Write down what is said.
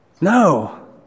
No